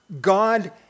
God